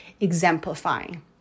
exemplifying